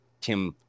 Tim